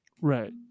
Right